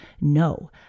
No